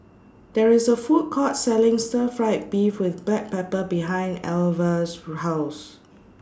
There IS A Food Court Selling Stir Fried Beef with Black Pepper behind Alvah's House